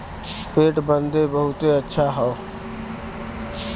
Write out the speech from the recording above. पेट बदे बहुते अच्छा हौ